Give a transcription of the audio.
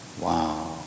Wow